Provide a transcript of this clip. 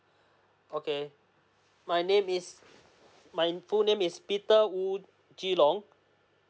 okay my name is my full name is peter wo chi long